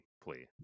plea